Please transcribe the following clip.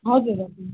हजुर हजुर